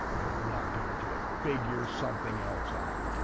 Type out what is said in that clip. you're not going to do it, figure something else out.